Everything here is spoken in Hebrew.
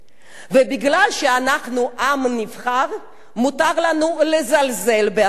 ובגלל שאנחנו עם נבחר מותר לנו לזלזל באחרים,